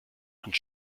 und